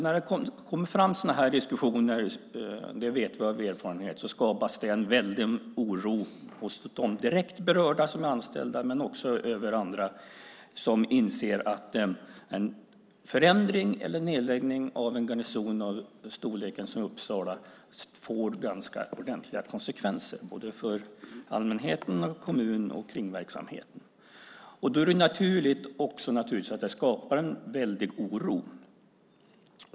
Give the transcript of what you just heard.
När det kommer upp sådana här diskussioner skapas det - det vet vi av erfarenhet - en väldig oro hos de direkt berörda som är anställda men också hos andra som inser att en förändring eller nedläggning av en garnison av Uppsalas storlek får ganska ordentliga konsekvenser, både för allmänheten och för kommunen och för kringverksamheten. Det är naturligt att det skapar en väldig oro.